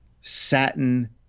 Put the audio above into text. satin